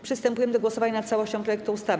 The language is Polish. Przystępujemy do głosowania nad całością projektu ustawy.